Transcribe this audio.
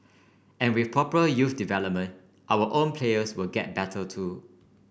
and with proper youth development our own players will get better too